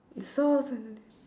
the saw is under there